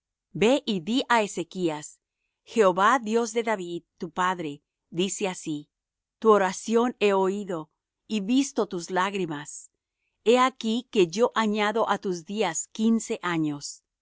ve y di á ezechas jehová dios de david tu padre dice así tu oración he oído y visto tus lágrimas he aquí que yo añado á tus días quince años